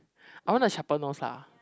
I want a sharper nose lah